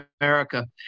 America